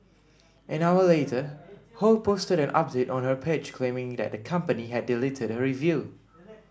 an hour later Ho posted an update on her page claiming that the company had deleted her review